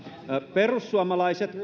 perussuomalaiset